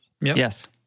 Yes